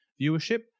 viewership